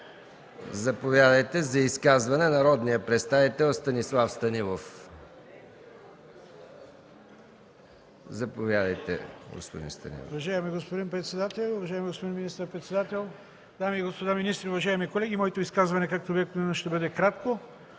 Заповядайте за изказване – народният представител Станислав Станилов. СТАНИСЛАВ СТАНИЛОВ (Атака): Уважаеми господин председател, уважаеми господин министър-председател, дами и господа министри, уважаеми колеги! Моето изказване, както обикновено, ще бъде кратко.